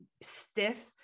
stiff